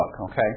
okay